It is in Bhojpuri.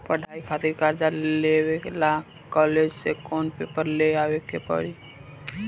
पढ़ाई खातिर कर्जा लेवे ला कॉलेज से कौन पेपर ले आवे के पड़ी?